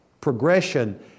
progression